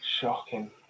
shocking